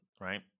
right